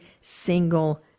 single